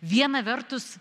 viena vertus